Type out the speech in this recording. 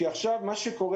כי עכשיו מה שקורה